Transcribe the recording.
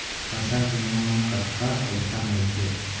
फसल बीमा म कतका पइसा मिलथे?